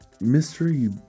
mystery